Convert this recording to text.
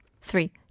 three